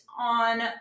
on